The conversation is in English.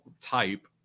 type